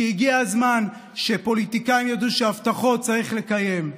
כי הגיע הזמן שפוליטיקאים ידעו שהבטחות צריך לקיים.